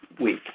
week